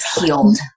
healed